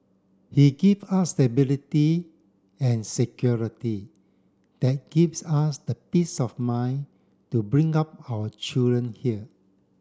he give us stability and security that gives us the peace of mind to bring up our children here